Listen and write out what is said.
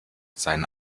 sein